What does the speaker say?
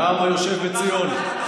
מהעם היושב בציון,